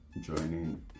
joining